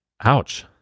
Ouch